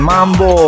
Mambo